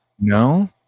No